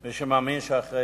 מי שמאמין שאחרי